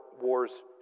wars